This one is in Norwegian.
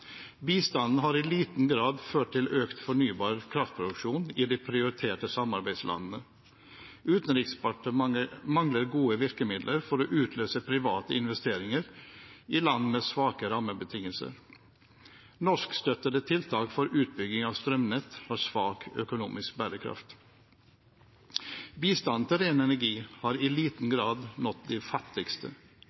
Bistanden har i liten grad ført til økt fornybar kraftproduksjon i de prioriterte samarbeidslandene. Utenriksdepartementet mangler gode virkemidler for å utløse private investeringer i land med svake rammebetingelser. Norskstøttede tiltak for utbygging av strømnett har svak økonomisk bærekraft. Bistanden til ren energi har i liten grad nådd de fattigste.